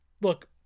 look